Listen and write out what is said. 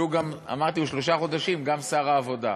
שהוא, אמרתי, שלושה חודשים גם שר העבודה.